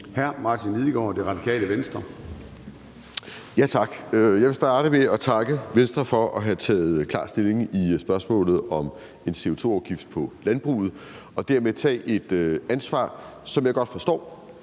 Martin Lidegaard (RV): Tak. Jeg vil starte med at takke Venstre for at have taget klar stilling i spørgsmålet om en CO2-afgift på landbruget og dermed tage et ansvar, som jeg godt forstår